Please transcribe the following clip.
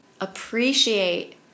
appreciate